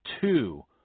Two